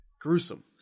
Gruesome